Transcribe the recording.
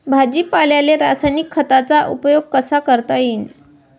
भाजीपाल्याले रासायनिक खतांचा उपयोग कसा करता येईन?